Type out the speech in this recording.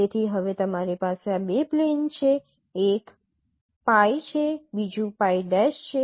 તેથી હવે તમારી પાસે આ બે પ્લેન છે એક છે બીજું છે